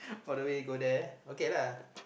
all the way go there okay lah